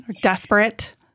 Desperate